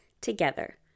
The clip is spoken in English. together